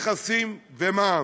מכסים ומע"מ,